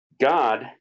god